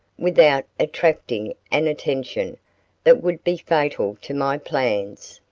without attracting an attention that would be fatal to my plans.